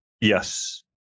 Yes